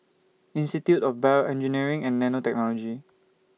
Institute of Bio Engineering and Nanotechnology